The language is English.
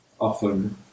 often